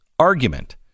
Argument